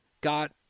got